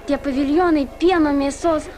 tie paviljonai pieno mėsos